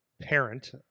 parent